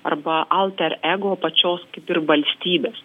arba alter ego pačios kaip ir valstybės